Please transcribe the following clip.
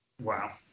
Wow